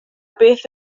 beth